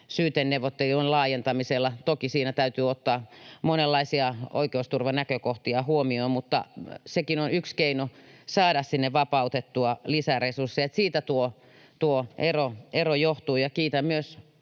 syyteneuvottelun laajentamisella. Toki siinä täytyy ottaa monenlaisia oikeusturvanäkökohtia huomioon, mutta sekin on yksi keino saada sinne vapautettua lisäresursseja. Siitä tuo ero johtuu. Kiitän myös